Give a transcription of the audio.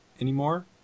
anymore